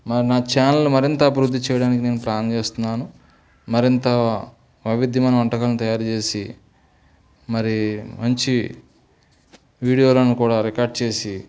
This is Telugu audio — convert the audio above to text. మరి నా ఛానల్ మరింత అభివృద్ధి చేయడానికి నేను ప్లాన్ చేస్తున్నాను మరింత వైవిధ్యమయిన వంటకం తయారు చేసి మరి మంచి వీడియోలను కూడా రికార్డ్ చేసి